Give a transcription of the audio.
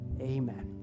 amen